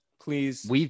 Please